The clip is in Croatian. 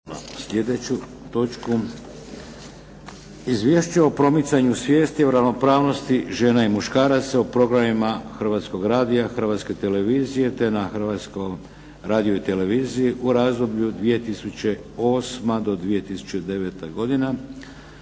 o Izvješću o promicanju svijesti o ravnopravnosti žena i muškaraca u programima Hrvatskog radija i Hrvatske televizije. Da na Hrvatskoj radio televiziji tijekom 2008. i 2009. godine,